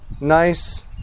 nice